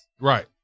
Right